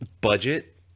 budget